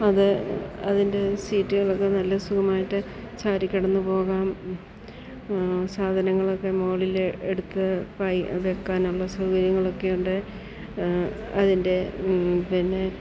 അത് അതിൻ്റെ സീറ്റുകളൊക്കെ നല്ല സുഖമായിട്ട് ചാരി കിടന്നു പോകാം സാധനങ്ങളൊക്കെ മുകളിൽ എടുത്ത് വയ്ക്കാനുള്ള സൗകര്യങ്ങളൊക്കെ ഉണ്ട് അതിൻ്റെ പിന്നെ